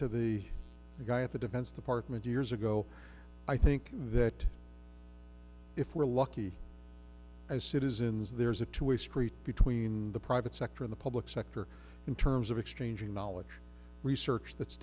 to the guy at the defense department years ago i think that if we're lucky as citizens there's a two way street between the private sector in the public sector in terms of exchanging knowledge research that's